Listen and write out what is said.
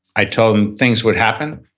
i told them things would happen.